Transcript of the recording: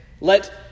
let